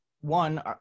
one